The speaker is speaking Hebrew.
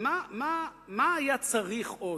מה היה צריך עוד?